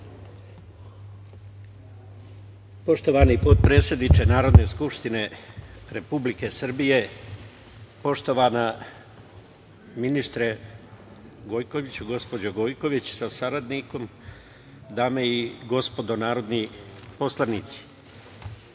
Poštovani potpredsedniče Narodne skupštine Republike Srbije, poštovana ministarka Gojković, gospođo Gojković sa saradnikom, dame i gospodo narodni poslanici,